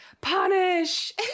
punish